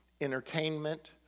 entertainment